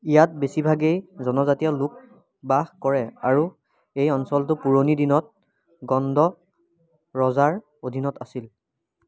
ইয়াত বেছিভাগেই জনজাতীয় লোক বাস কৰে আৰু এই অঞ্চলটো পুৰণি দিনত গণ্ড ৰজাৰ অধীনত আছিল